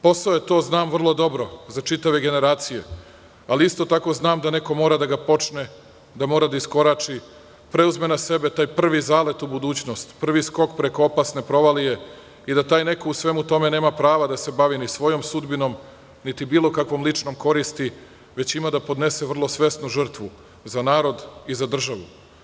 Posao je to, znam vrlo dobro, za čitave generacije, ali isto tako znam da neko mora da ga počne, da mora da iskorači, preuzme na sebe taj prvi zalet u budućnosti, prvi skok preko opasne provalije i da taj neko u svemu tome nema prava da se bavi ni svojom sudbinom, niti bilo kakvom ličnom koristi, već ima da podnese vrlo svesno žrtvu za narod i za državu.